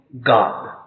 God